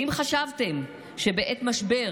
האם חשבתם שבעת משבר